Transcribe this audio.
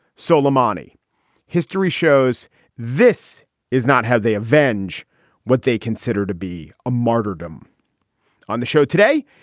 so lamani history shows this is not how they avenge what they consider to be a martyrdom on the show today.